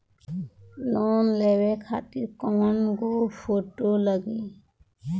Loan लेवे खातिर कै गो फोटो लागी?